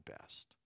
best